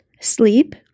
Sleep